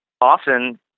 often